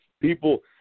people –